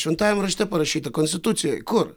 šventajam rašte parašyta konstitucijoj kur